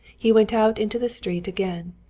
he went out into the street again.